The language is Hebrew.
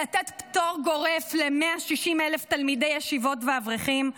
לתת פטור גורף ל-160,000 תלמידי ישיבות ואברכים,